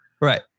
Right